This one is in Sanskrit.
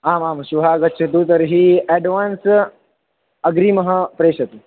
आमां श्वः आगच्छतु तर्हि एड्वान्स् अग्रिमः प्रेषतु